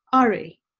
ari?